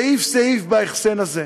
סעיף-סעיף בהחסן הזה,